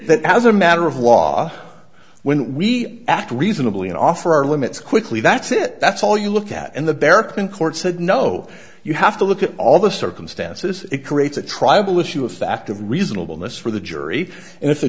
that as a matter of law when we act reasonably and offer our limits quickly that's it that's all you look at in the barrack in court said no you have to look at all the circumstances it creates a tribal issue a fact of reasonableness for the jury and i